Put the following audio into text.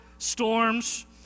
storms